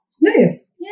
nice